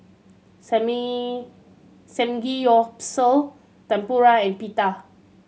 Samgeyopsal Tempura and Pita